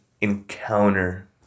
encounter